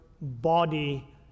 body